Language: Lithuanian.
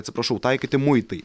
atsiprašau taikyti muitai